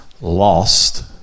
lost